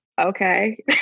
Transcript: okay